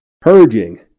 Purging